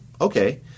Okay